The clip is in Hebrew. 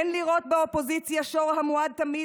אין לראות באופוזיציה שור המועד תמיד